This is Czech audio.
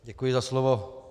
Děkuji za slovo.